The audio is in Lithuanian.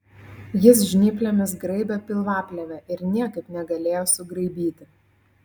jis žnyplėmis graibė pilvaplėvę ir niekaip negalėjo sugraibyti